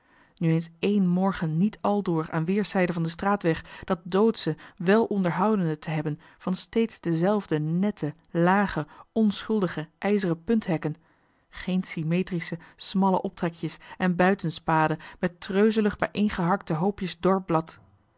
nu eens één morgen niet aldoor aan weerszijden van den straatweg dat doodsche welonderhoudene te hebben van steeds dezelfde nette lage onschuldige ijzeren punthekken geen symmetrische smalle optrekjesen buitens paden met treuzelig bijeengeharkte hoopjes